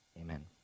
Amen